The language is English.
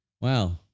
Wow